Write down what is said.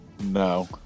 No